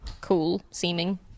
cool-seeming